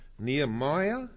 Nehemiah